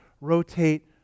rotate